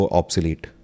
obsolete